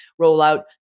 rollout